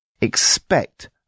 Expect